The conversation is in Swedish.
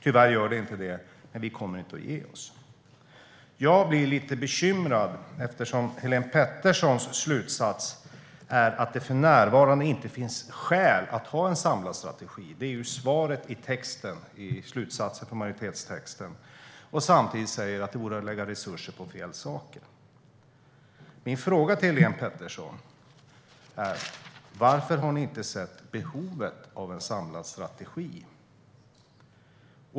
Tyvärr gör det inte det, men vi kommer inte att ge oss. Jag blir lite bekymrad, eftersom Helene Peterssons slutsats är att det för närvarande inte finns skäl att ha en samlad strategi, vilket är svaret i majoritetens slutsats i texten, och hon samtidigt säger att det vore att lägga resurser på fel saker. Min fråga till Helene Petersson är: Varför har ni inte sett behovet av en samlad strategi?